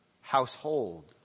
household